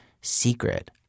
secret